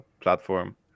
platform